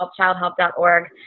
childhelp.org